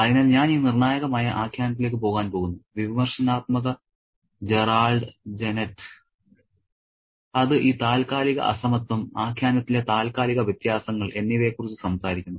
അതിനാൽ ഞാൻ ഈ നിർണായകമായ ആഖ്യാനത്തിലേക്ക് പോകാൻ പോകുന്നു വിമർശനാത്മക ജെറാർഡ് ജെനെറ്റ് അത് ഈ താൽക്കാലിക അസമത്വം ആഖ്യാനത്തിലെ താൽക്കാലിക വ്യത്യാസങ്ങൾ എന്നിവയെക്കുറിച്ച് സംസാരിക്കുന്നു